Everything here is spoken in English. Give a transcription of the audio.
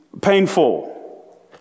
painful